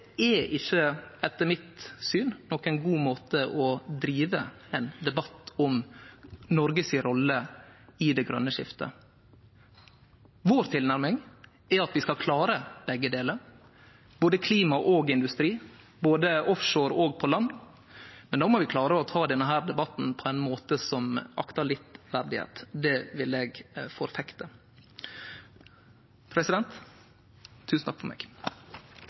er etter mitt syn ikkje ein god måte å drive ein debatt om Noreg si rolle i det grøne skiftet på. Vår tilnærming er at vi skal klare begge deler – både klima og industri, både offshore og på land – men då må vi klare å ta denne debatten på ein måte som aktar litt verdigheit. Det vil eg forfekte.